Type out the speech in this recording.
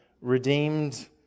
redeemed